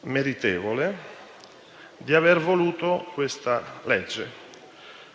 meritevole di aver voluto questa legge.